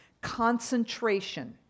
concentration